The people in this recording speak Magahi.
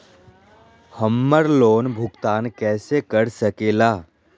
हम्मर लोन भुगतान कैसे कर सके ला?